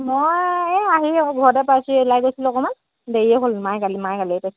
মই এই আহি অকৌ ঘৰতে পাইছোহি ওলাই গৈছিলোঁ অকণমান দেৰিয়ে হ'ল মায়ে গালি মায়ে গালিয়ে পাৰিছে